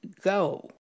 go